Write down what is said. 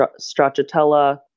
stracciatella